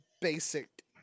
basic